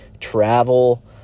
travel